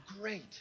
great